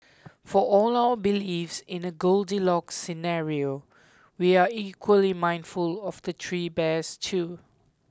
for all our belief in a Goldilocks scenario we are equally mindful of the three bears too